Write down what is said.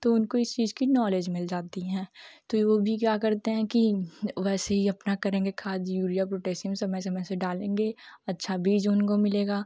तो उनको इस चीज़ की नॉलेज मिल जाती है तो वह भी क्या करते हैं कि वैसा ही अपना करेंगे खाद उरिया पोटेशियम समय समय से डालेंगे अच्छा बीज उनको मिलेगा